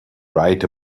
right